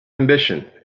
ambition